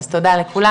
אז תודה לכולם,